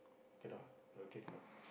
cannot ah cannot